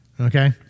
Okay